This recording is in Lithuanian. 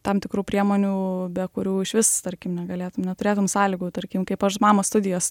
tam tikrų priemonių be kurių išvis tarkim negalėtum neturėtum sąlygų tarkim kaip aš mama studijos